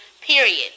period